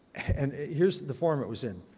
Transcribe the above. and here's the form it was in.